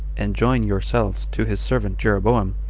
and join yourselves to his servant jeroboam,